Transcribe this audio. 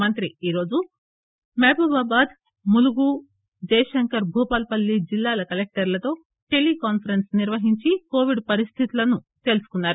మంత్రి ఈ రోజు మహబూబాద్ ములుగు జయశంకర్ భూపాలపల్లి జిల్లాల కలెక్టర్లతో టెలి కాన్సరెన్ను నిర్వహించి కోవిడ్ పరిస్థితులను తెలుసుకున్నారు